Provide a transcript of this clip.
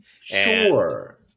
Sure